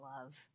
love